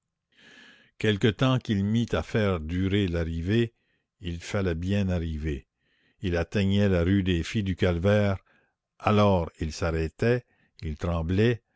quelque temps qu'il mît à faire durer l'arrivée il fallait bien arriver il atteignait la rue des filles du calvaire alors il s'arrêtait il tremblait